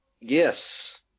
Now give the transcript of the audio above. Yes